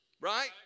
Right